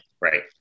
right